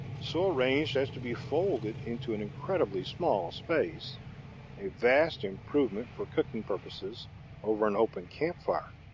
so arranged as to be folded into an incredibly small space a vast improvement for cooking purposes over an open camp-fire,